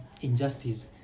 injustice